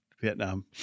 Vietnam